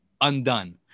undone